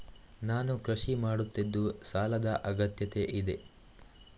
ನಾನು ಕೃಷಿ ಮಾಡುತ್ತಿದ್ದು ಸಾಲದ ಅಗತ್ಯತೆ ಇದೆ?